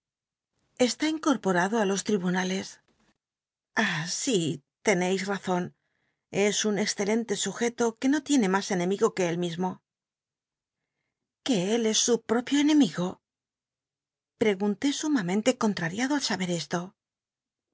estü incorporado tí los tribunales ah l si leneis azon es un excelente sugcto que no tiene mas enemigo que él mismo él es su propio enemigo pregunté sumamente contmriado al saber esto